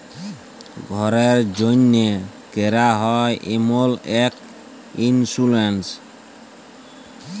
ঘ্যরের জ্যনহে ক্যরা হ্যয় এমল ইক ইলসুরেলস